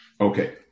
okay